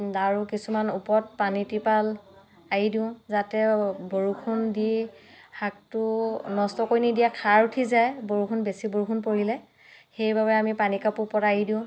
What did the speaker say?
আৰু কিছুমান ওপৰত পানী টিৰপাল আঁৰি দিওঁ যাতে বৰষুণ দি শাকটো নষ্ট কৰি নিদিয়া খাৰ উঠি যায় বৰষুণ বেছি বৰষুণ পৰিলে সেইবাবে আমি পানী কাপোৰ ওপৰত আঁৰি দিওঁ